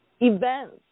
events